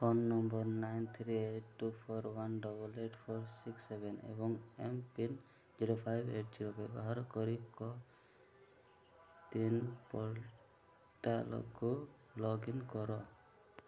phone number nine three eight two four one double eight four six seven ଏବଂ MPIN zero five eight zero ବ୍ୟବହାର କରି CoWIN ପୋର୍ଟାଲ୍କୁ login କର